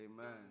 Amen